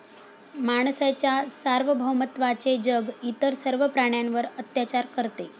माणसाच्या सार्वभौमत्वाचे जग इतर सर्व प्राण्यांवर अत्याचार करते